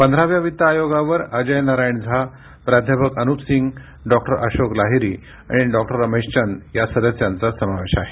पंधराव्या वित्त आयोगावर अजय नारायण झा प्राध्यापक अनुप सिंग डॉक्टर अशोक लाहिरी आणि डॉक्टर रमेश चंद या सदस्यांचा समावेश आहे